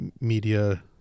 media